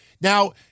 Now